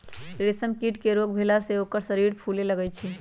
रेशम कीट के रोग भेला से ओकर शरीर फुले लगैए छइ